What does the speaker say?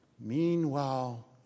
Meanwhile